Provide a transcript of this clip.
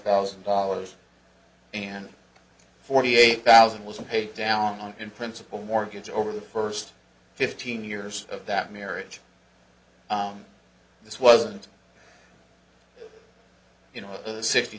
thousand dollars and forty eight thousand was paid down in principal mortgage over the first fifteen years of that marriage on this wasn't you know sixty